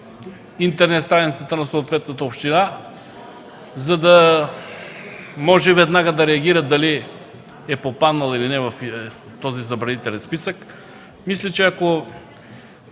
интернет страницата на съответната община, за да може веднага да реагира дали е попаднал или не в този забранителен списък. Мисля, че ако